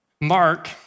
Mark